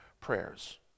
prayers